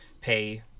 pay